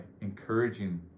encouraging